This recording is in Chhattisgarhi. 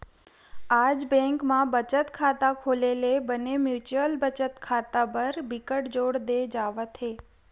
आज बेंक म बचत खाता खोले ले बने म्युचुअल बचत खाता बर बिकट जोर दे जावत हे